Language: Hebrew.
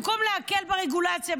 במקום להקל ברגולציה,